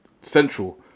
central